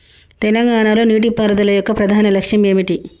తెలంగాణ లో నీటిపారుదల యొక్క ప్రధాన లక్ష్యం ఏమిటి?